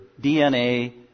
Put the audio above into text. DNA